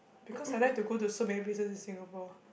because I like to go to so many places in Singapore